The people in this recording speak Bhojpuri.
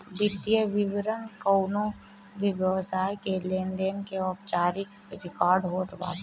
वित्तीय विवरण कवनो भी व्यवसाय के लेनदेन के औपचारिक रिकार्ड होत बाटे